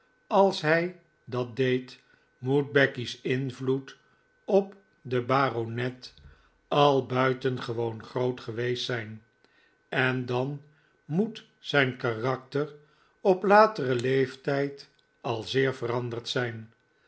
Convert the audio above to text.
als hij dat deed moet becky's invloed op den baronet al buitengewoon groot geweest zijn en dan moet zijn karakter op lateren leeftijd al zeer veranderd zijn